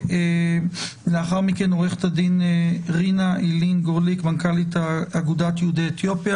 ולאחר מכן עוה"ד רינה איילין גורליק מנכ"לית אגודת יהודית אתיופיה,